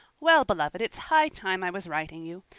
well-beloved, it's high time i was writing you.